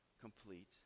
complete